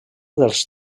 dels